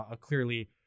Clearly